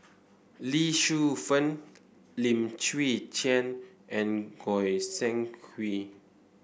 Lee Shu Fen Lim Chwee Chian and Goi Seng Hui